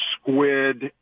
squid